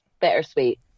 bittersweet